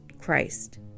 Christ